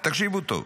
תקשיבו טוב: